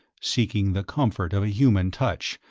seeking the comfort of a human touch,